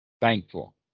Thankful